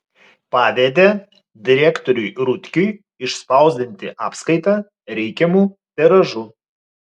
pavedė direktoriui rutkiui išspausdinti apskaitą reikiamu tiražu